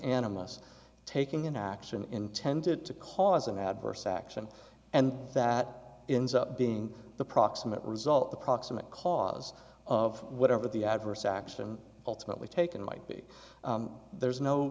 animists taking an action intended to cause an adverse action and that ends up being the proximate result the proximate cause of whatever the adverse action ultimately taken might be there's no